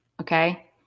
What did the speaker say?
Okay